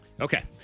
Okay